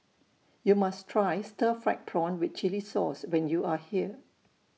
YOU must Try Stir Fried Prawn with Chili Sauce when YOU Are here